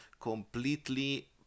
completely